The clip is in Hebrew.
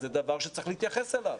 זה דבר שצריך להתייחס אליו.